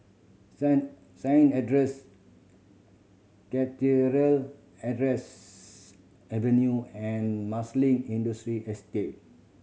Saint Saint Andrew's Cathedral Andrew's Avenue and Marsiling Estate